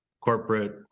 corporate